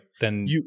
Then-